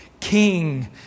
King